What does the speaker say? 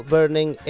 Burning